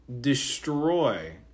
destroy